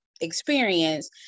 experience